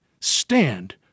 Stand